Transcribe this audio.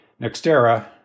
Nextera